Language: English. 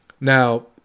now